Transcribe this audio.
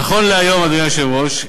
נכון להיום, אדוני היושב-ראש,